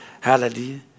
hallelujah